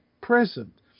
present